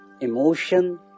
emotion